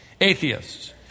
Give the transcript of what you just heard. atheists